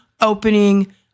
opening